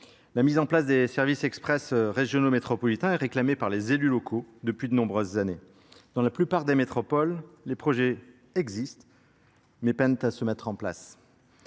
la mise en place des services express régionaux métropolitains est réclamé par les élus locaux depuis de nombreuses années dans la plupart des métropoles les projets existent mais peinent à se mettre en place